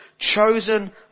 chosen